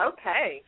Okay